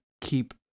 keep